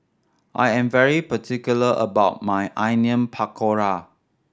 I am very particular about my Onion Pakora